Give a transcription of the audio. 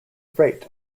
freight